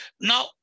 Now